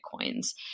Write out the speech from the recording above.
coins